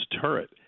turret